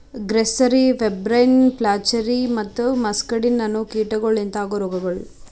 grasserie, pebrine, flacherie ಮತ್ತ muscardine ಅನೋ ಕೀಟಗೊಳ್ ಲಿಂತ ಆಗೋ ರೋಗಗೊಳ್